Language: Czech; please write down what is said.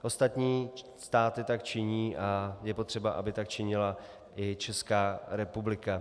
Ostatní státy tak činí a je potřeba, aby tak činila i Česká republika.